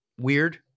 weird